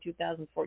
2014